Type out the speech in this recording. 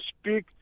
speak